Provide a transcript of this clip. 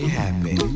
happy